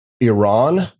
Iran